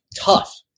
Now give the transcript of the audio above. tough